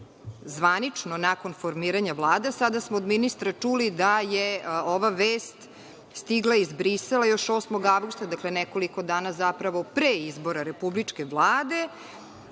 zvanično nakon formiranja Vlade, sada smo od ministra čuli da je ova vest stigla iz Brisela još 8. avgusta, dakle, nekoliko dana pre izbora Republičke vlade